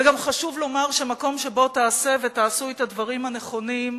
וגם חשוב לומר שבמקום שבו תעשה ותעשו את הדברים הנכונים,